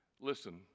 Listen